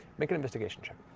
make an investigation check.